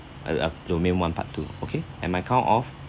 uh up domain one part two okay and my count of